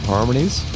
Harmonies